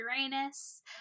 Uranus